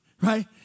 Right